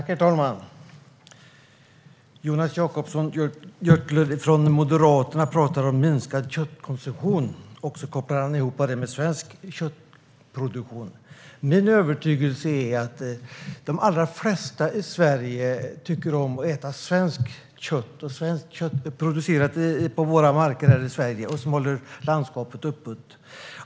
Herr talman! Jonas Jacobsson Gjörtler från Moderaterna pratar om minskad köttkonsumtion och kopplar ihop det med svensk köttproduktion. Min övertygelse är att de allra flesta i Sverige tycker om att äta svenskt kött, som har producerats på våra marker här i Sverige och håller landskapet öppet.